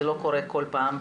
זה לא קורה כל פעם.